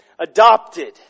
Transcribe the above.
adopted